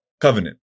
Covenant